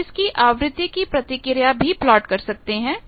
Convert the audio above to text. आप इसकी आवृत्ति प्रतिक्रिया भी प्लॉट कर सकते हैं